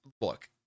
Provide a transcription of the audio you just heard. Look